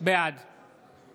בעד